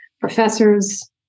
professors